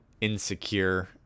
insecure